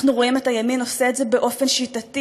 אנחנו רואים את הימין עושה את זה באופן שיטתי,